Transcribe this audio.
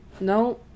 No